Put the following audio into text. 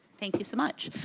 thank you so much.